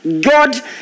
God